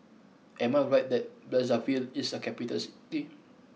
am I right that Brazzaville is a capital city